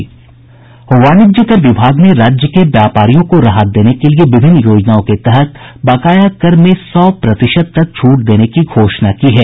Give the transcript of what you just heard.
वाणिज्य कर विभाग ने राज्य के व्यापारियों को राहत देने के लिए विभिन्न योजनाओं के तहत बकाया कर में सौ प्रतिशत तक छूट देने की घोषणा की है